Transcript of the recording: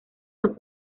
los